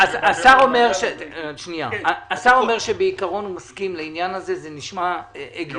שבעיקרון הוא מסכים לעניין הזה, זה נשמע הגיוני.